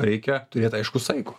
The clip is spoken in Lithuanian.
reikia turėt aišku saiko